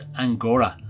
Angora